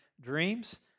dreams